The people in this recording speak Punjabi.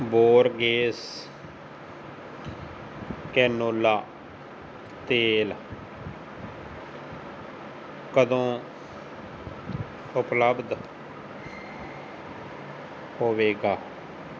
ਬੋਰਗੇਸ ਕੈਨੋਲਾ ਤੇਲ ਕਦੋਂ ਉਪਲੱਬਧ ਹੋਵੇਗਾ